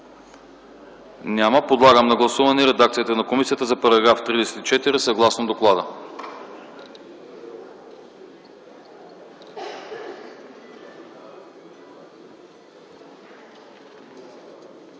Няма. Подлагам на гласуване редакцията на комисията за § 51, съгласно доклада.